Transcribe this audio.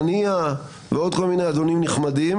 הנייה ועוד כל מיני אדונים נחמדים,